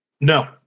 No